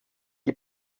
die